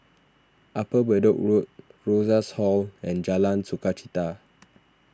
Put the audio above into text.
Upper Bedok Road Rosas Hall and Jalan Sukachita